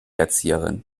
erzieherin